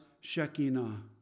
Shekinah